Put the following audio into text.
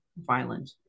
violent